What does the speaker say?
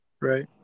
Right